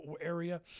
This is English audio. area